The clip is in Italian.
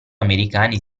americani